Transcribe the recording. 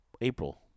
April